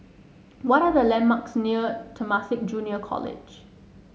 what are the landmarks near Temasek Junior College